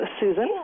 Susan